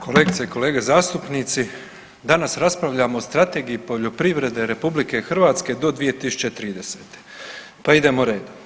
Kolegice i kolege zastupnici, danas raspravljamo o Strategiji poljoprivrede RH do 2030., pa idemo redom.